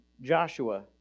Joshua